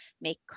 make